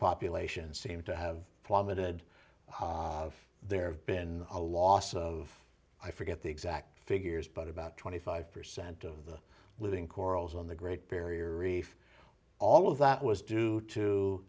populations seem to have plummeted there have been a loss of i forget the exact figures but about twenty five percent of the living corals on the great barrier reef all of that was due to